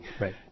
right